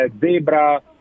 zebra